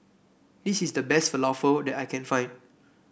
this is the best Falafel that I can find